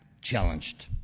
challenged